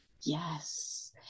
Yes